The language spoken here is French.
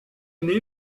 année